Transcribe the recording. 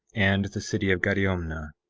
and the city of gadiomnah,